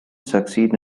succeed